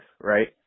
right